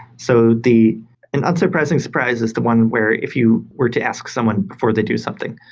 so the and unsurprising surprise is the one where if you were to ask someone before they do something,